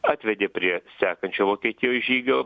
atvedė prie sekančio vokietijos žygio